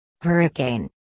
Hurricane